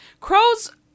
crows